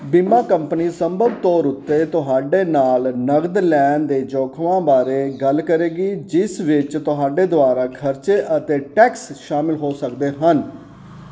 ਬੀਮਾ ਕੰਪਨੀ ਸੰਭਵ ਤੌਰ ਉੱਤੇ ਤੁਹਾਡੇ ਨਾਲ ਨਕਦ ਲੈਣ ਦੇ ਜੋਖਮਾਂ ਬਾਰੇ ਗੱਲ ਕਰੇਗੀ ਜਿਸ ਵਿੱਚ ਤੁਹਾਡੇ ਦੁਆਰਾ ਖਰਚੇ ਅਤੇ ਟੈਕਸ ਸ਼ਾਮਲ ਹੋ ਸਕਦੇ ਹਨ